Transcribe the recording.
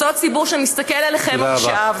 אותו ציבור שמסתכל עליכם עכשיו -- תודה רבה.